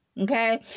okay